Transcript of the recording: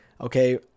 okay